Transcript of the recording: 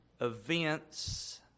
events